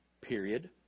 period